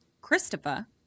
Christopher